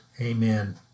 Amen